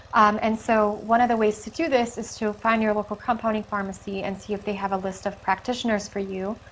and so, one of the ways to do this is to find your local compounding pharmacy and see if they have a list of practitioners for you.